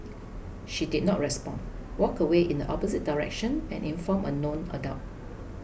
she did not respond walked away in the opposite direction and informed a known adult